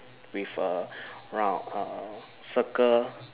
with a round uh circle